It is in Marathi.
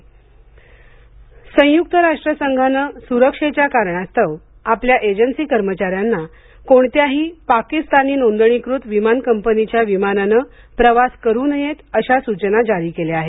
यु एन संयुक्त राष्ट्र संघाने सुरक्षेच्या कारणास्तव आपल्या एजन्सी कर्मचाऱ्यांना कोणत्याही पाकिस्तानी नोंदणीकृत विमानकंपनीच्या विमानाने प्रवास करू नयेत अशा सूचना जारी केल्या आहेत